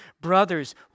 Brothers